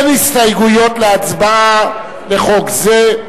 אין הסתייגויות להצבעה לחוק זה,